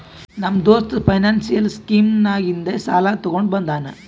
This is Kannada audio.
ನಮ್ಮ ದೋಸ್ತ ಫೈನಾನ್ಸಿಯಲ್ ಸ್ಕೀಮ್ ನಾಗಿಂದೆ ಸಾಲ ತೊಂಡ ಬಂದಾನ್